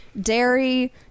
dairy